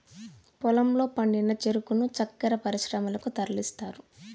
పొలంలో పండిన చెరుకును చక్కర పరిశ్రమలకు తరలిస్తారు